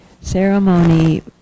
ceremony